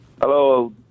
Hello